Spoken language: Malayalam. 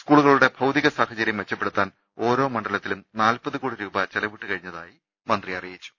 സ്കൂളുകളുടെ ഭൌതിക സാഹചര്യം മെച്ചപ്പെടുത്താൻ ഓരോ മണ്ഡലത്തിലും നാൽപത് കോടിരൂപ ചെലവിട്ടുകഴിഞ്ഞതായി മന്ത്രി അറിയിച്ചു